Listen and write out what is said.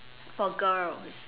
for girls